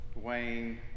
Dwayne